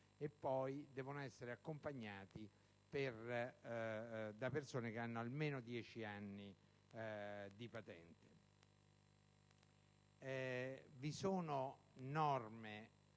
e poi devono essere accompagnati da persone con almeno dieci anni di patente.